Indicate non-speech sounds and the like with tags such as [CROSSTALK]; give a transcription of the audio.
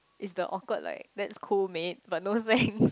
it's the awkward like that's cool mate but no thanks [LAUGHS]